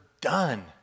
done